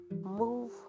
move